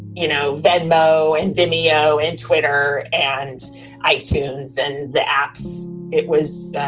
you know, venmo and vimeo and twitter and i, itunes and the apps. it was